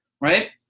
right